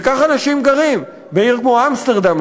וכך אנשים גרים בעיר כמו אמסטרדם,